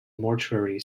mortuary